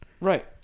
Right